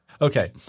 Okay